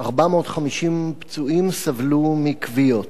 450 פצועים, סבלו מכוויות.